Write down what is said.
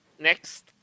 Next